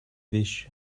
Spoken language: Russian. вещи